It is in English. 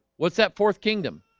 what's that fourth kingdom?